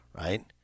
right